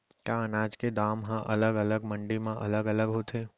का अनाज के दाम हा अलग अलग मंडी म अलग अलग होथे?